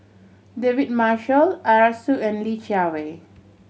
David Marshall Arasu and Li Jiawei